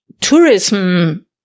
tourism